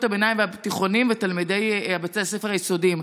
הביניים והתיכונים ולתלמידי בתי הספר היסודיים.